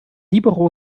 libero